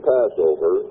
Passover